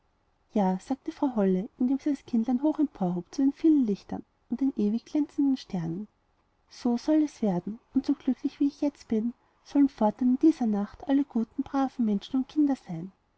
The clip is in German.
ja sagte frau holle indem sie das kindlein hoch emporhob zu den vielen lichtern und den ewigen glänzenden sternen so soll es werden und so glücklich wie ich jetzt bin sollen fortan in dieser nacht alle guten braven menschen und kinder sein